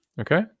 okay